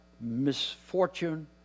misfortune